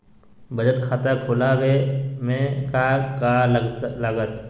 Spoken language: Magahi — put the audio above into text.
बचत खाता खुला बे में का का लागत?